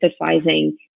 emphasizing